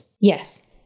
Yes